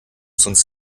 sonst